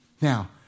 Now